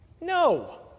No